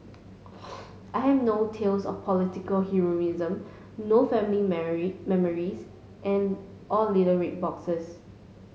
I have no tales of political heroism no family memories and or little red boxes